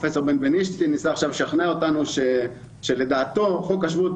פרופסור בנבנישתי ניסה עכשיו לשכנע אותנו שלדעתו חוק השבות